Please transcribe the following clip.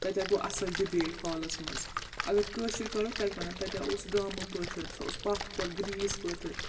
تَتہِ تا گوٚو اَصٕل ڈِبیٹ ہالَس مَنٛز اَگَر کٲشُر کَرو تَتہِ وَنان تَتہِ آوُس گامہٕ پٲتھٕر سُہ اوس پَتھ کھۄر گریٖس پٲتھٕر